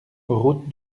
route